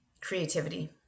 Creativity